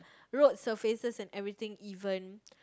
road surfaces and everything even